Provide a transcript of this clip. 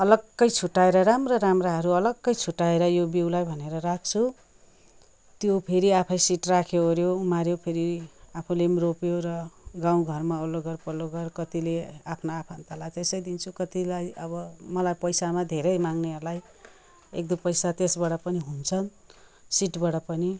अलगै छुट्याएर राम्रो राम्राहरू अलगै छुट्याएर यो बिउलाई भनेर राख्छु त्यो फेरि आफै सिड राख्योओऱ्यो उमाऱ्यो फेरि आफूले पनि रोप्यो र गाउँघरमा वल्लो घर पल्लो घर कतिले आफ्नो आफन्तलाई त्यसै दिन्छु कतिलाई अब मलाई पैसामा धेरै माग्नेहरूलाई एक दुई पैसा त्यसबाट पनि हुन्छ नि सिडबाट पनि